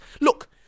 look